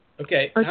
Okay